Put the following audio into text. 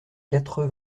quatre